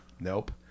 Nope